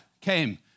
came